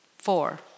Four